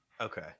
Okay